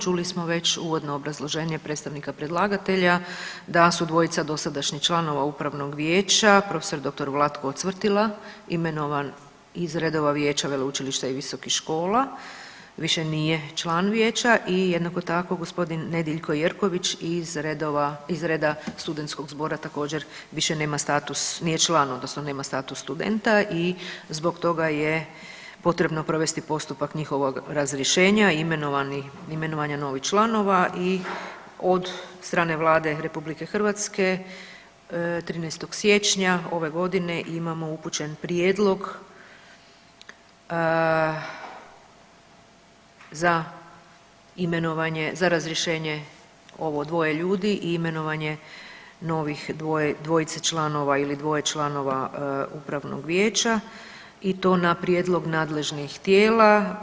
Čuli smo već uvodno obrazloženje predstavnika predlagatelja da su dvojica dosadašnjih članova upravnog vijeća prof. dr. Vlatko Cvrtila imenovan iz redova vijeća veleučilišta i visokih škola, više nije član vijeća i jednako tako g. Nediljko Jerković iz redova, iz reda studentskog zbora, također više nema status, nije član odnosno nema status studenta i zbog toga je potrebno provesti postupak njihovog razrješenja imenovanih, imenovanja novih članova i od strane Vlade RH 13. siječnja ove godine imamo upućen prijedlog za imenovanje, za razrješenje ovo dvoje ljudi i imenovanje novih dvoje, dvojice članova ili dvoje članova upravnog vijeća i to na prijedlog nadležnih tijela.